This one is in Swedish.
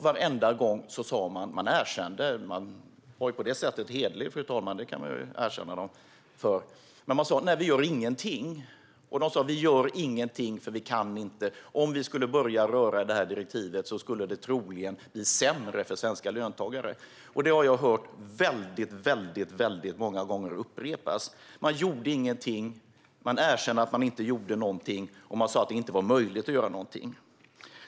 Varenda gång erkände de - och var på det sättet hederliga, fru talman; det kan jag ge dem - att de inte gjorde någonting. De sa: Vi gör ingenting, för vi kan inte - om vi skulle börja röra i detta direktiv skulle det troligen bli sämre för svenska löntagare. Detta har jag hört upprepas många gånger. Man gjorde ingenting, erkände att man inte gjorde någonting och sa att det inte var möjligt att göra någonting.